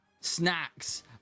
Snacks